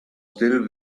still